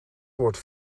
wordt